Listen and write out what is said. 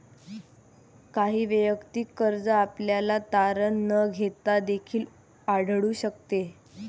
काही वैयक्तिक कर्ज आपल्याला तारण न घेता देखील आढळून शकते